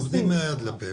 עובדים מהיד לפה.